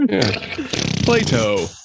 Plato